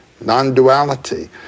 non-duality